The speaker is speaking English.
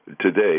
Today